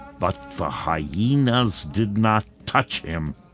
but the hyenas did not touch him,